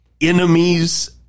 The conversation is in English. enemies